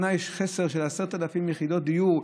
בכל שנה יש חוסר ב-10,000 יחידות דיור,